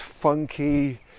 funky